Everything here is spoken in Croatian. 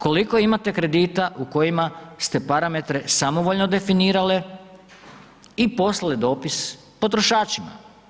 Koliko imate kredita u kojima ste parametre samovoljno definirale i poslale dopis potrošačima.